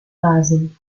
basel